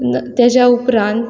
तेज्या उपरांत